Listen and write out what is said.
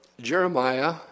Jeremiah